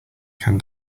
can